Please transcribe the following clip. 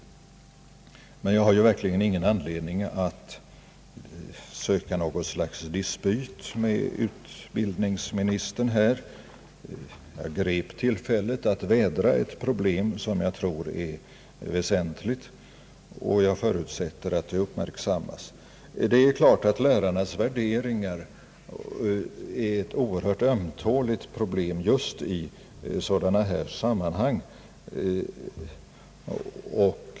Jag har verkligen ingen anledning att här söka något slags dispyt med utbildningsministern. Jag grep tillfället att vädra ett problem som jag tror är väsentligt, och jag förutsätter att det uppmärksammas. Det är klart att lärarnas värderingar är ett oerhört ömtåligt problem i sådana här sammanhang.